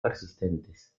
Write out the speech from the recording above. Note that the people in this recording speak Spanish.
persistentes